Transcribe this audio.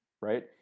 right